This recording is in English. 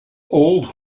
old